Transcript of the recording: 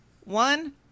one